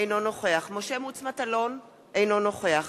אינו נוכח משה מטלון, אינו נוכח